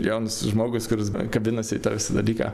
jaunas žmogus kuris kabinasi į tą dalyką